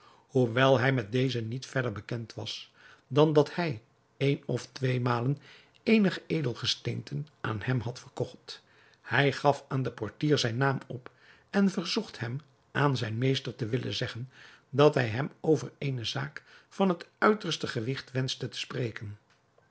hoewel hij met dezen niet verder bekend was dan dat hij een of twee malen eenige edelgesteenten aan hem had verkocht hij gaf aan den portier zijn naam op en verzocht hem aan zijn meester te willen zeggen dat hij hem over eene zaak van het uiterste gewigt wenschte te spreken